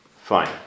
Fine